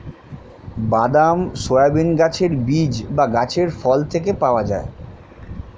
বাদাম, সয়াবিন গাছের বীজ বা গাছের ফল থেকে পাওয়া যায়